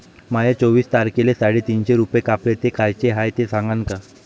माये चोवीस तारखेले साडेतीनशे रूपे कापले, ते कायचे हाय ते सांगान का?